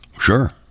Sure